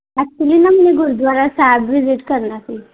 actually ਨਾ ਮੈਨੂੰ gurdwara sahib visit ਕਰਨਾ ਸੀ